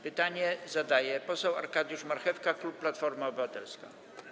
Pytanie zadaje poseł Arkadiusz Marchewka, klub Platforma Obywatelska.